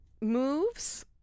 moves